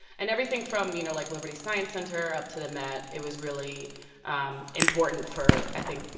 and everything from, you know, like, liberty science center up to the met. it was really um important for, i think,